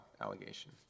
allegation